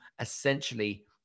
essentially